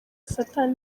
satani